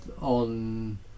on